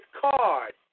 card